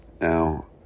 Now